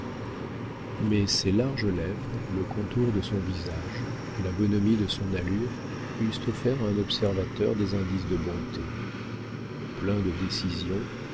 mais ses larges lèvres le contour de son visage la bonhomie de son allure eussent offert à un observateur des indices de bonté plein de décision